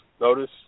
notice